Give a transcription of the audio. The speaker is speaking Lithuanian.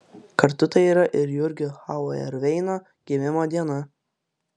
kartu tai yra ir jurgio zauerveino gimimo diena